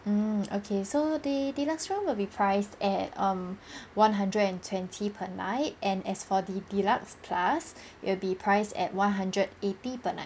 mm okay so the deluxe room will be priced at um one hundred and twenty per night and as for the deluxe plus it'll be priced at one hundred eighty per night